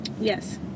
Yes